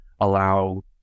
allow